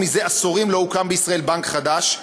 זה עשורים לא הוקם בישראל בנק חדש,